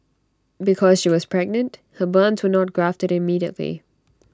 because she was pregnant her burns were not grafted immediately